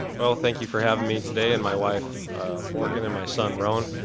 well, thank you for having me, today, and my wife morgan and my son, roaman.